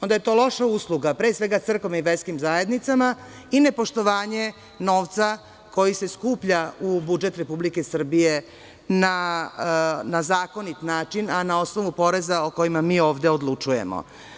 Onda je to loša usluga, pre svega crkvom i verskim zajednicama, i nepoštovanje novca koji se skuplja u budžet Republike Srbije na zakonit način, na osnovu poreza o kojima mi ovde odlučujemo.